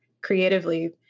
creatively